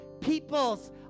people's